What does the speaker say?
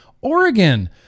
Oregon